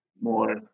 more